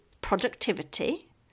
productivity